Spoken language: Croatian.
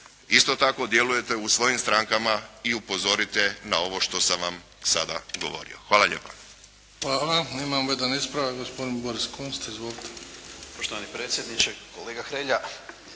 isto tako djelujete u svojim strankama i upozorite na ovo što sam vam sada govorio. Hvala lijepa. **Bebić, Luka (HDZ)** Hvala. Imamo jedan ispravak, gospodin Boris Kunst. Izvolite. **Kunst, Boris (HDZ)** Poštovani predsjedniče. Kolega Hrelja